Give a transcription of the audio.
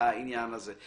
לעניין הזה.